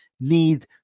need